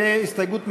ועל הסתייגות מס'